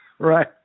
Right